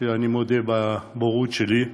שאני מודה בבורות שלי בו,